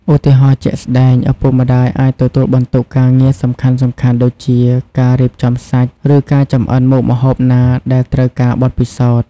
ឧទាហរណ៍ជាក់ស្ដែង ឪពុកម្ដាយ អាចទទួលបន្ទុកការងារសំខាន់ៗដូចជា ការរៀបចំសាច់ ឬការចម្អិនមុខម្ហូបណាដែលត្រូវការបទពិសោធន៍ ។